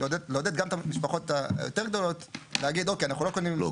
לעודד גם את המשפחות היותר גדולות להגיד אוקיי אנחנו לא קונים.